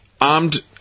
armed